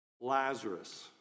Lazarus